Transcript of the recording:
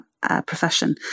profession